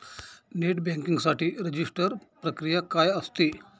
Net banking साठी register प्रक्रिया काय असते?